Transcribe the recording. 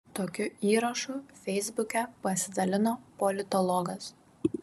tokiu įrašu feisbuke pasidalino politologas